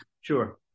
Sure